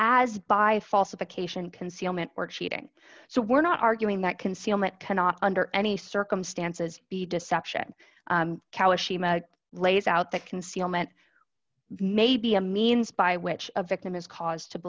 as by false occasion concealment or cheating so we're not arguing that concealment cannot under any circumstances be deception lays out that concealment may be a means by which a victim is cause to